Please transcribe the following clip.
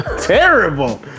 Terrible